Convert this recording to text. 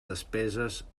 despeses